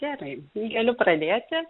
gerai galiu pradėti